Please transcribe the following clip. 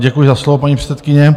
Děkuji za slovo, paní předsedkyně.